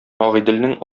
агыйделнең